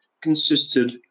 consisted